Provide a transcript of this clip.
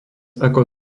ako